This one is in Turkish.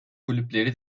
kulüpleri